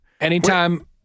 Anytime